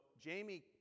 Jamie